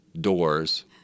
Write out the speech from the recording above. doors